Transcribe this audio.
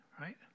right